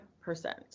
percent